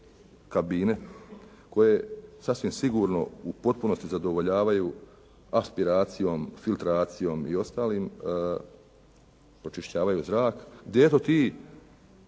kabine koje sasvim sigurno u potpunosti zadovoljavaju aspiracijom, filtracijom i ostalim, pročišćavaju zrak. … /Govornik